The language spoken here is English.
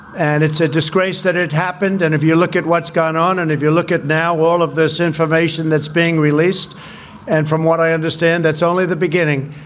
and it's a disgrace that it happened. and if you look at what's gone on and if you look at now all of this information that's being released and from what i understand, that's only the beginning.